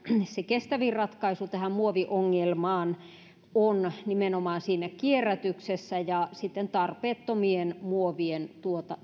se kestävin ratkaisu tähän muoviongelmaan on nimenomaan siinä kierrätyksessä ja sitten tarpeettomien muovien